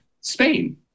Spain